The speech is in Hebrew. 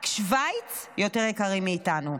רק שווייץ יותר יקרים מאיתנו.